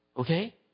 Okay